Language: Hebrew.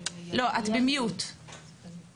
שלום, בוקר טוב.